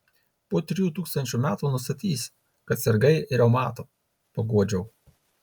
po trijų tūkstančių metų nustatys kad sirgai reumatu paguodžiau